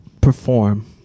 perform